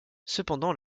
cependant